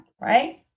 Right